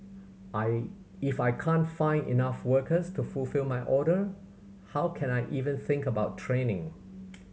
I if I can't find enough workers to fulfil my order how can I even think about training